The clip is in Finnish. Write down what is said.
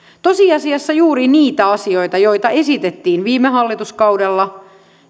tosiasiassa juuri niitä asioita joita esitettiin viime hallituskaudella